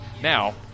now